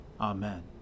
Amen